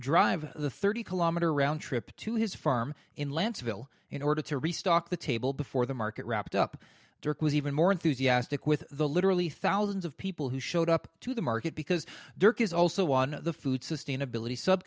drive the thirty kilometer round trip to his farm in lance ville in order to restock the table before the market wrapped up dirk was even more enthusiastic with the literally thousands of people who showed up to the market because dirk is also one the food sustainability